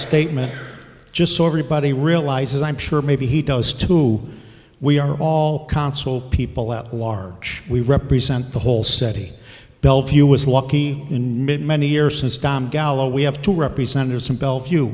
statement just so everybody realizes i'm sure maybe he does too we are all console people at large we represent the whole city bellevue was lucky and many years since dom gallo we have to represent are some bellevue